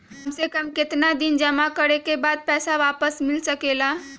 काम से कम केतना दिन जमा करें बे बाद पैसा वापस मिल सकेला?